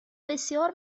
بسیار